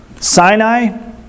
Sinai